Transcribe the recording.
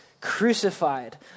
crucified